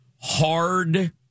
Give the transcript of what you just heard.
hard